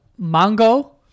Mongo